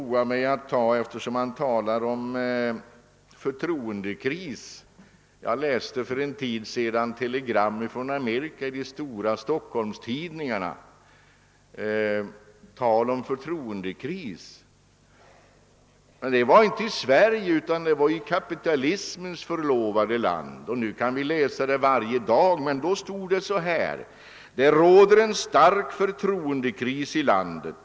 Det talas om förtroendekris. Jag läste för en tid sedan i de stora Stockholmstidningarna ett telegram från Amerika om förtroendekris. Men det var inte i Sverige, utan det var i kapitalismens förlovade land, och nu kan vi läsa det varje dag, men då stod det så här: »Det råder en stark förtroendekris i landet.